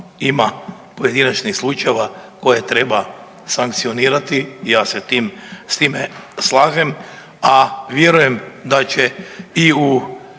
pojedinačnih slučajeva koje treba sankcionirati, ja se s time slažem, a vjerujem da će i u